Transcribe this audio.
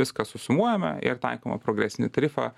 viską susumuojame ir taikome progresinį tarifą